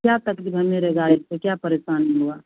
क्या तकलीफ़ है मेरी गाड़ी में क्या परेशानी हुई